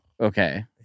Okay